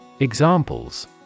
Examples